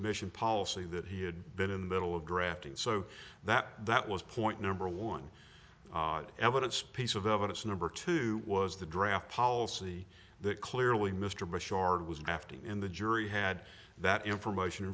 commission policy that he had been in the middle of drafting so that that was point number one evidence piece of evidence number two was the draft policy that clearly mr bush shard was drafting in the jury had that information